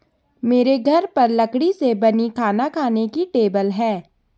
मेरे घर पर लकड़ी से बनी खाना खाने की टेबल है